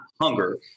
hunger